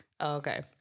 Okay